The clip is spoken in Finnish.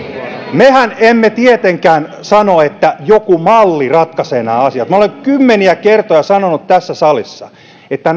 mehän emme tietenkään sano että joku malli ratkaisee nämä asiat minä olen kymmeniä kertoja sanonut tässä salissa että